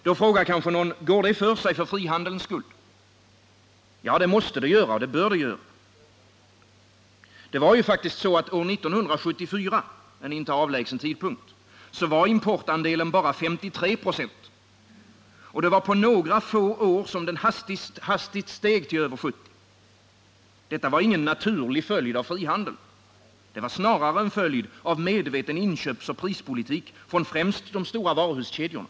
Då frågar kanske någon: Går det för sig för frihandelns skull? Ja, det måste det göra. År 1974 — vid en inte avlägsen tidpunkt — var importandelen bara 53 96, och det var på några få år som den hastigt steg till över 70 96. Detta var ingen naturlig följd av frihandeln, det var snarare en följd av medveten inköpsoch prispolitik från främst de stora varuhuskedjorna.